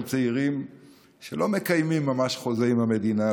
צעירים שלא מקיימים ממש חוזה עם המדינה,